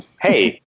Hey